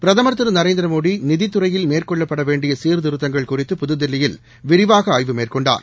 பிரதமா் திரு நரேந்திரமோடி நிதித் துறையில் மேற்கொள்ளப்பட வேண்டிய சீர்திருத்தங்கள் குறித்து புதுதில்லியில் விரிவாக ஆய்வு மேற்கொண்டார்